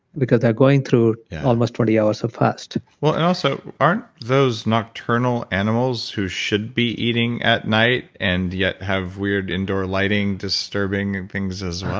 because they're going through almost twenty hours of fast. well also aren't those nocturnal animals who should be eating at night and yet have weird indoor lighting disturbing things as